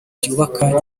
byubaka